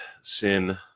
sin